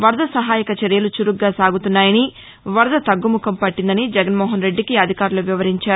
వరద సహాయక చర్యలు చురుగ్గా సాగుతున్నాయని వరద తగ్గుముఖం పట్టిందని జగన్మోహనరెడ్డికి అధికారులు వివరించారు